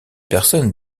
personnes